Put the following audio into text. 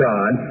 God